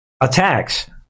attacks